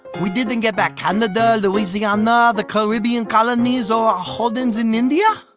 we didn't get back canada, louisiana, the carribean colonies, or our holdings in india?